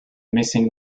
missing